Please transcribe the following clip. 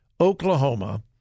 Oklahoma